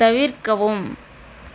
தவிர்க்கவும்